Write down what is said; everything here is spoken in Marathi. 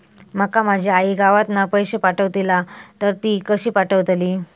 माका माझी आई गावातना पैसे पाठवतीला तर ती कशी पाठवतली?